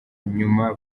nyuma